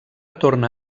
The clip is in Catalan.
torna